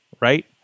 right